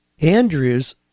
Andrews